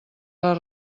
les